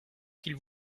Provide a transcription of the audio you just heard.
qu’ils